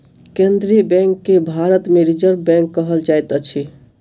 केन्द्रीय बैंक के भारत मे रिजर्व बैंक कहल जाइत अछि